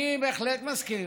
אני בהחלט מסכים